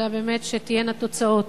אלא באמת שתהיינה תוצאות.